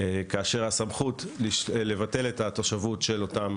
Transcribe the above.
כאשר הסמכות לבטל את התושבות של אותם